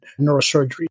neurosurgery